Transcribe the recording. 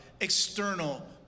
external